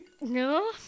No